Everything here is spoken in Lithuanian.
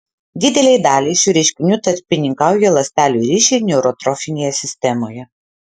didelei daliai šių reiškinių tarpininkauja ląstelių ryšiai neurotrofinėje sistemoje